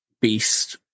beast